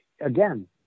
again